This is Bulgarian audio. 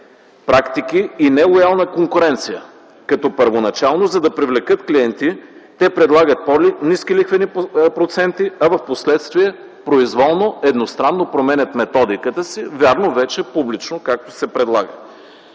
практики и нелоялна конкуренция като първоначално, за да привлекат клиенти, те предлагат по-ниски лихвени проценти, а впоследствие произволно, едностранно променят методиката си. Вярно, вече публично, както се предлага.